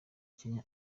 kenya